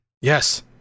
Yes